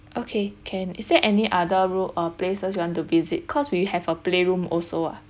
okay can is there any other room or places you want to visit cause we have a playroom also ah